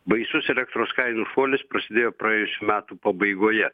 baisus elektros kainų šuolis prasidėjo praėjusių metų pabaigoje